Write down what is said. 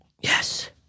Yes